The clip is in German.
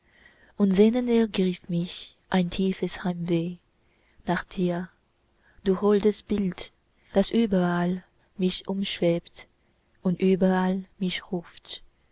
und sehnend ergriff mich ein tiefes heimweh nach dir du holdes bild das überall mich umschwebt und überall mich